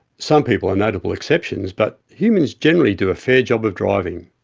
some people are notable exceptions, but humans generally do a fair job of driving.